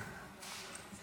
אדוני היושב-ראש,